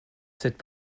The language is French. cette